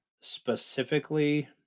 specifically